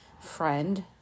friend